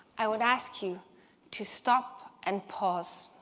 i would ask you to stop and pause.